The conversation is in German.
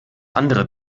andere